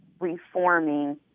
reforming